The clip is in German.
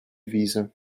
devise